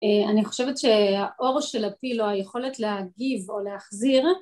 אני חושבת שהעור של הפיל או היכולת להגיב או להחזיר